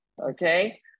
okay